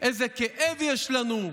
איזה כאב יש לנו,